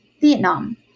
Vietnam